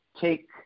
take